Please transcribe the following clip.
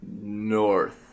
North